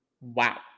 Wow